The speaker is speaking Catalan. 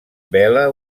bela